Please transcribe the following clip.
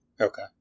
Okay